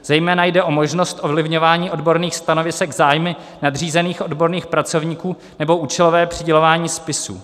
Zejména jde o možnost ovlivňování odborných stanovisek zájmy nadřízených odborných pracovníků nebo účelové přidělování spisů.